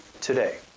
today